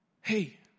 Hey